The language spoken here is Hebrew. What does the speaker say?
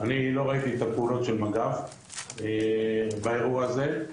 אני לא ראיתי את הפעולות של מג"ב באירוע הזה,